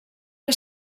que